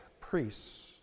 priests